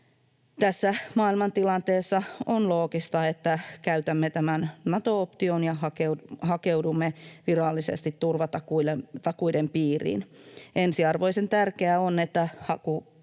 Tässä maailmantilanteessa on loogista, että käytämme tämän Nato-option ja hakeudumme virallisesti turvatakuiden piiriin. Ensiarvoisen tärkeää on, että